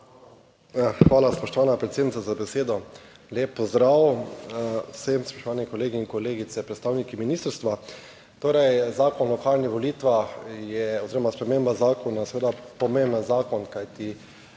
Hvala spoštovana predsednica za besedo. Lep pozdrav vsem, spoštovani kolegi in kolegice, predstavniki ministrstva! Torej, Zakon o lokalnih volitvah je oziroma sprememba zakona seveda pomemben zakon, kajti